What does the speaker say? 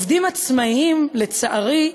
עובדים עצמאים, לצערי,